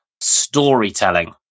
storytelling